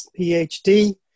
PhD